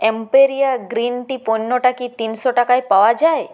Emperia green tea পণ্যটা কি তিনশো টাকায় পাওয়া যায়